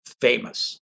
famous